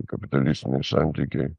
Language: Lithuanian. kapitalistiniai santykiai